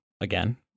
again